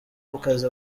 akazi